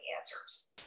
answers